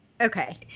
Okay